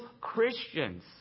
Christians